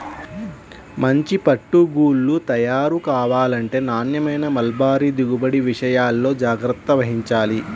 మంచి పట్టు గూళ్ళు తయారు కావాలంటే నాణ్యమైన మల్బరీ దిగుబడి విషయాల్లో జాగ్రత్త వహించాలి